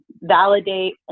validate